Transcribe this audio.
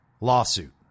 Lawsuit